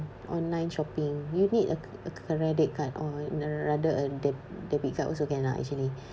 online shopping you need a a credit card or a rather a deb~ debit card also can lah actually